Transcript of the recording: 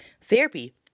therapy